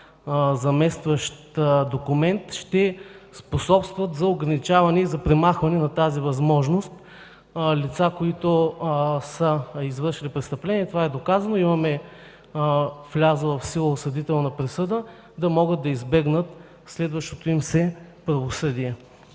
заместващ документ, ще способстват за ограничаване и премахване на възможността за лица, които са извършили престъпление, когато това е доказано и има влязла в сила осъдителна присъда, да могат да избегнат следващото им се правосъдие.